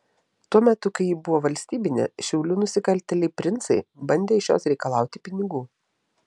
tuo metu kai ji buvo valstybinė šiaulių nusikaltėliai princai bandė iš jos reikalauti pinigų